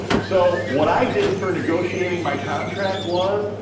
so, what i did for negotiating my contract was